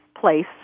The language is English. place